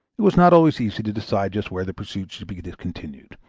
it was not always easy to decide just where the pursuit should be discontinued.